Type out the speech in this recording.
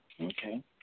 Okay